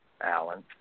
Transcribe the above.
Alan